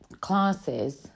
classes